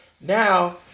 now